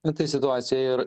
na tai situacija ir